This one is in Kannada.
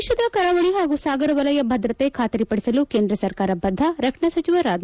ದೇಶದ ಕರಾವಳಿ ಹಾಗೂ ಸಾಗರ ವಲಯ ಭದ್ರತೆ ಖಾತರಿ ಪಡಿಸಲು ಕೇಂದ್ರ ಸರ್ಕಾರ ಬದ್ಲ ರಕ್ಷಣಾ ಸಚಿವ ರಾಜನಾಥ್ ಸಿಂಗ್